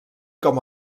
com